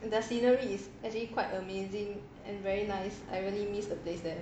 the scenery is actually quite amazing and very nice I really miss the place there